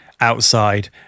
outside